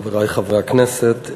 חברי חברי הכנסת,